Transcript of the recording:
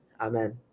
Amen